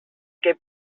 que